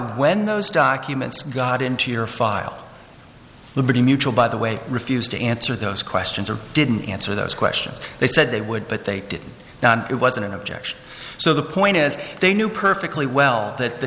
when those documents got into your file liberty mutual by the way refused to answer those questions or didn't answer those questions they said they would but they did not it wasn't an objection so the point is they knew perfectly well that the